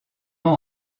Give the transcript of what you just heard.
ans